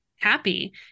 Happy